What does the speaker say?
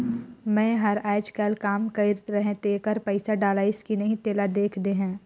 मै हर अईचकायल काम कइर रहें तेकर पइसा डलाईस कि नहीं तेला देख देहे?